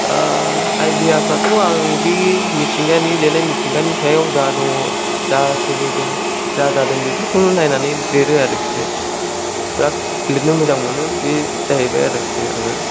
idea फोराथ' आं बे मिथिंगानि लिरनाय मिथिंगानि सायाव जा दङ जा सोलिदों जा जादों बेफोरखौनो नायनानै लिरो आरोखि बिराद लिरनो मोजां मोनो बे जाहैबाय आरोखि आङो